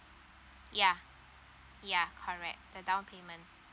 yeah yeah correct the down payment